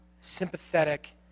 sympathetic